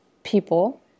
people